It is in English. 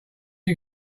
you